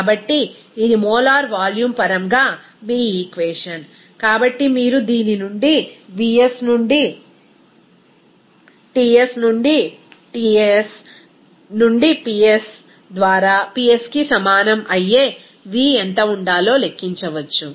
కాబట్టి ఇది molar volume పరంగా మీ ఈక్వేషన్ కాబట్టి మీరు దీని నుండి vs నుండి Ts నుండి Ts నుండి Ps ద్వారా Psకి సమానం అయ్యే v ఎంత ఉండాలో లెక్కించవచ్చు